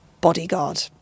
bodyguard